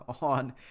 on